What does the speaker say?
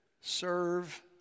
Serve